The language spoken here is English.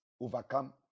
overcome